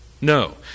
No